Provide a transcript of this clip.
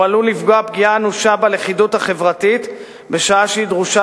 הוא עלול לפגוע פגיעה אנושה בלכידות החברתית בשעה שהיא דרושה